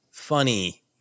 funny